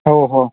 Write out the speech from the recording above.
हो हो